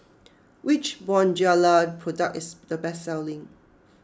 which Bonjela product is the best selling